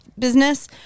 business